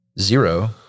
Zero